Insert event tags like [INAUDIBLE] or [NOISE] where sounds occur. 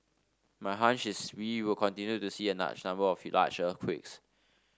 my hunch is we will continue to see a [UNINTELLIGIBLE] number of [UNINTELLIGIBLE] large earthquakes